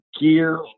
gear